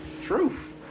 Truth